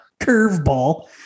curveball